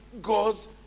goes